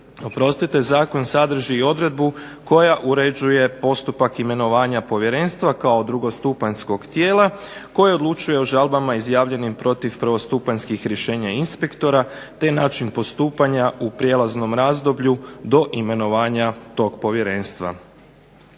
Isto tako zakon sadrži i odredbu koja uređuje postupak imenovanja povjerenstva kao drugostupanjskog tijela koje odlučuje o žalbama izjavljenim protiv prvostupanjskih rješenja inspektora te način postupanja u prijelaznom razdoblju do imenovanja tog povjerenstva.